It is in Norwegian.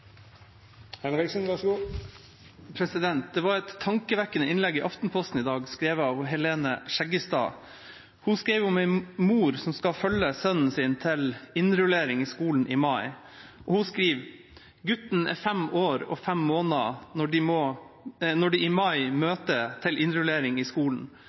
Det var et tankevekkende innlegg i Aftenposten i dag, skrevet av Helene Skjeggestad. Hun skriver om en mor som skal følge sønnen sin til innrullering i skolen i mai. Hun skriver: «Gutten er 5 år og 5 måneder når de i mai møter til innrullering i skolen.